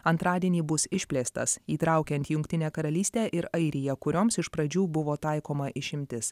antradienį bus išplėstas įtraukiant jungtinę karalystę ir airiją kurioms iš pradžių buvo taikoma išimtis